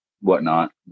whatnot